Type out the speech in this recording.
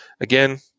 Again